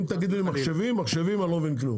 אם תגיד לי מחשבים, מחשבים אני לא מבין כלום.